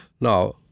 Now